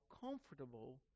comfortable